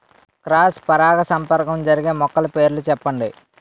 Cross పరాగసంపర్కం జరిగే మొక్కల పేర్లు చెప్పండి?